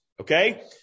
okay